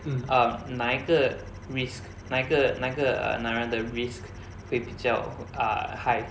um 哪一个 risk 哪一个哪一个男人的 risk 会比较 uh high